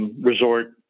Resort